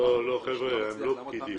לא, חבר'ה, הם לא פקידים.